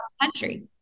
country